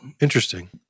interesting